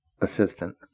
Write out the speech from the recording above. assistant